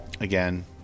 Again